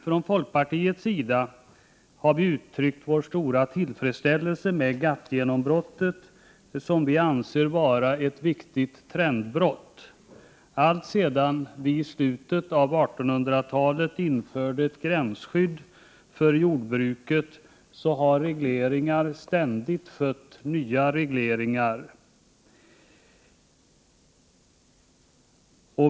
Från folkpartiets sida har vi uttryckt vår stora tillfredsställelse med GATT-genombrottet, som vi anser vara ett viktigt trendbrott. Alltsedan vi i slutet av 1800-talet införde ett gränsskydd för jordbruksprodukter har regleringar ständigt fött nya regleringar.